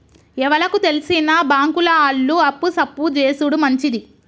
ఎవలకు తెల్సిన బాంకుల ఆళ్లు అప్పు సప్పు జేసుడు మంచిది